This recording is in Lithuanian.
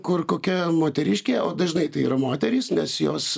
kur kokia moteriškė o dažnai tai yra moterys nes jos